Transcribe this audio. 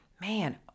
man